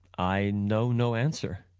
i know no answer.